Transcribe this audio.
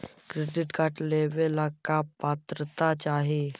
Credit card लेवेला का पात्रता चाही?